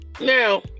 Now